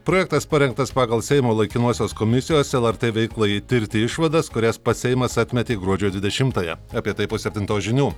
projektas parengtas pagal seimo laikinosios komisijos lrt veiklai tirti išvadas kurias pats seimas atmetė gruodžio dvidešimtąją apie tai po septintos žinių